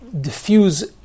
diffuse